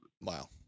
Wow